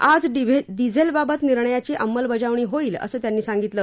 आज डिझेलबाबत निर्णयाची अंमलबजावणी होईल असं त्यांनी सांगितलं